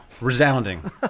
Resounding